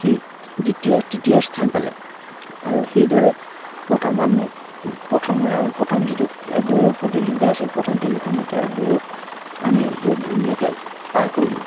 সি দ্বিতীয় তৃতীয় স্থান পালে আৰু সেইদৰে প্ৰথম আমি প্ৰথম ৰা প্ৰথম যিটো দৌৰৰ প্ৰতিযোগিতা আছিল প্ৰথম তিনিশ মিটাৰ দৌৰত আমি বহুত ধুনীয়াকে পাৰ কৰিলোঁ